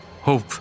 hope